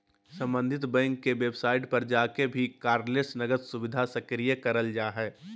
सम्बंधित बैंक के वेबसाइट पर जाके भी कार्डलेस नकद सुविधा सक्रिय करल जा हय